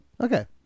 Okay